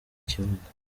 kibuga